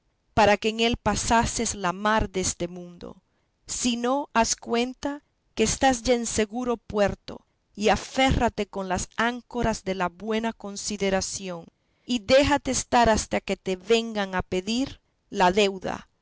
para que en él pasases la mar deste mundo sino haz cuenta que estás ya en seguro puerto y aférrate con las áncoras de la buena consideración y déjate estar hasta que te vengan a pedir la deuda